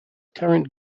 current